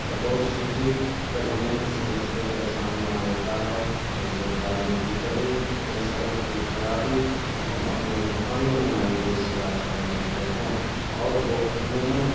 بطور شہری جب ہمیں کسی مسئلے کا سامنا ہوتا ہے جیسے پانی کی کمی یا سڑک کی خرابی تو ہم اپنے مقامی نمائندے سے رابطہ کرتے ہیں اور وہ عموماً